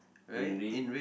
in red